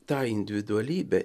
tą individualybę